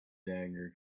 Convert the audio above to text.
dagger